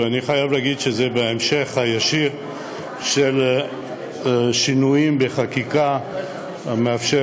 אני חייב להגיד שזה המשך ישיר של שינויים בחקיקה המאפשרים